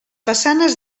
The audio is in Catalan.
façanes